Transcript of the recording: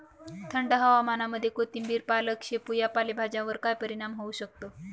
थंड हवामानामध्ये कोथिंबिर, पालक, शेपू या पालेभाज्यांवर काय परिणाम होऊ शकतो?